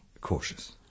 Cautious